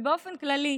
באופן כללי,